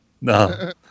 No